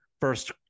first